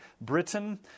Britain